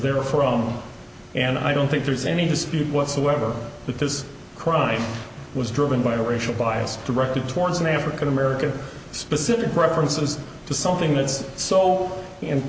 there for on and i don't think there's any dispute whatsoever that this crime was driven by a racial bias directed towards an african american specific references to something that's so and